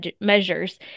measures